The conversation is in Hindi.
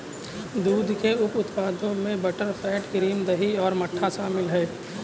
दूध के उप उत्पादों में बटरफैट, क्रीम, दही और मट्ठा शामिल हैं